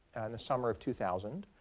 the summer of two thousand.